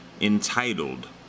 entitled